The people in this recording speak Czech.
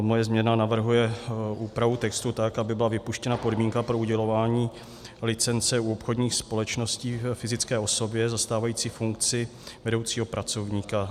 Moje změna navrhuje úpravu textu tak, aby byla vypuštěna podmínka pro udělování licence u obchodních společností fyzické osobě zastávající funkci vedoucího pracovníka.